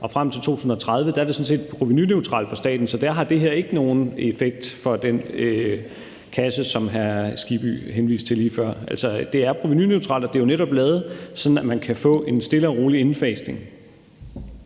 og frem til 2030 er det sådan set provenuneutralt for staten, så der har det her ikke nogen effekt på den kasse, som hr. Hans Kristian Skibby henviste lige før. Det er provenuneutralt, og det er jo netop lavet, sådan at man kan få en stille og rolig indfasning.